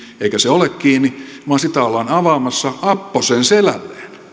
eikä se ole kiinni vaan sitä ollaan avaamassa apposen selälleen